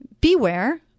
beware